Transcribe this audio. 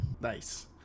Nice